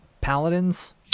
paladins